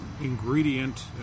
ingredient